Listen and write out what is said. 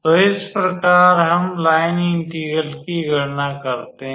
तो इस प्रकार हम लाइन इंटेग्रल की गणना करते हैं